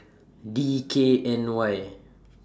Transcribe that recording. D K N Y